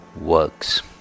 works